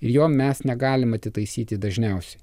ir jo mes negalime atitaisyti dažniausiai